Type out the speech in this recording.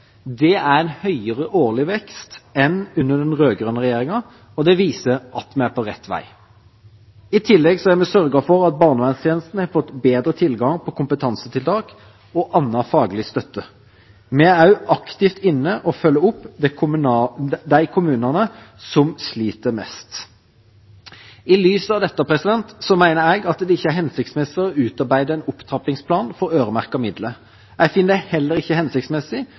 Det er en høyere årlig vekst enn under den rød-grønne regjeringen, og det viser at vi er på rett vei. I tillegg har vi sørget for at barnevernstjenesten har fått bedre tilgang på kompetansetiltak og annen faglig støtte. Vi er også aktivt inne og følger opp de kommunene som sliter mest. I lys av dette mener jeg at det ikke er hensiktsmessig å utarbeide en opptrappingsplan for øremerkede midler. Jeg finner det heller ikke hensiktsmessig